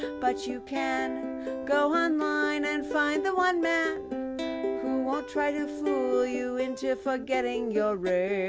but you can go online and find the one man who won't try to fool you into forgetting your rage.